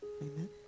Amen